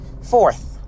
Fourth